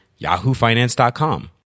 yahoofinance.com